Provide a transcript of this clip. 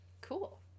Cool